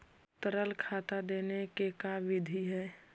तरल खाद देने के का बिधि है?